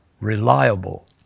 reliable